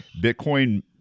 Bitcoin